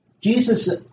jesus